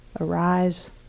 arise